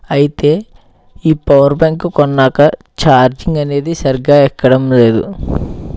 అయితే ఈ power bank కొన్నాక చార్జింగ్ అనేది సరిగ్గా ఎక్కడం లేదు